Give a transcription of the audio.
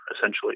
essentially